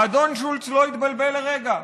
האדון שולץ לא התבלבל לרגע.